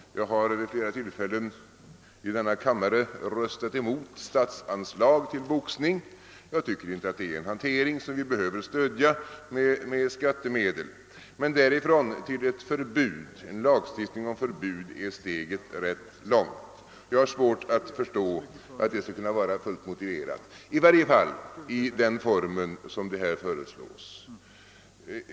Jag har vid flera tillfällen i denna kammare röstat mot statsanslag till boxningen; jag tycker inte att det är en hantering som vi behöver stödja med skattemedel. Men därifrån och till en lagstiftning om förbud är steget rätt långt. Jag har svårt att förstå att det skulle vara fullt motiverat, i varje fall i den form som det här föreslås.